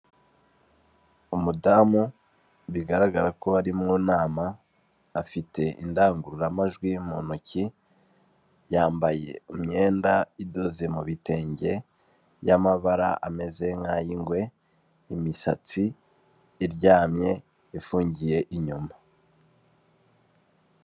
Umudamu bigaragara ko ari mu nama, afite indangururamajwi mu ntoki, yambaye imyenda idoze mu bitenge by'amabara ameze nk'ay'ingwe, imisatsi iryamye ifungiye inyuma.